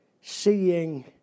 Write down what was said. seeing